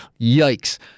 Yikes